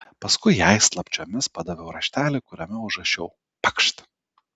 paskui jai slapčiomis padaviau raštelį kuriame užrašiau pakšt